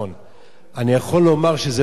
אני יכול לומר שזה לא היה אותו אדם.